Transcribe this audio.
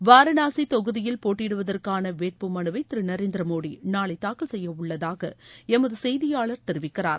வாரணாசி தொகுதியில் போட்டியிடுவதற்கான வேட்பு மனுவை திரு நரேந்திர மோடி நாளை தாக்கல் செய்ய உள்ளதாக எமது செய்தியாளர் தெரிவிக்கிறார்